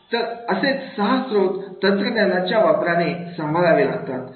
तर असेच सहा स्त्रोत तंत्रज्ञानाच्या वापराने सांभाळावे लागतात